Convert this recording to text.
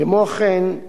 כמו כן,